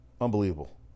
Unbelievable